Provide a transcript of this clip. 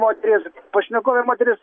moteris pašnekovė moteris